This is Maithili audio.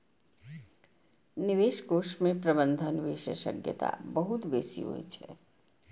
निवेश कोष मे प्रबंधन विशेषज्ञता बहुत बेसी होइ छै